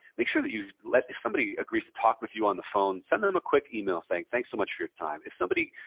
make sure that you let if somebody agrees to talk with you on the phone, send them a quick email saying, thanks so much for your time. if somebody